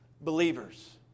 believers